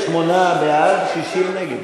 אדוני היושב-ראש, 58. 58 בעד, 60 נגד.